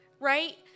right